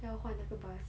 要换那个 bus